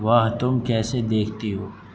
واہ تم کیسے دیکھتی ہو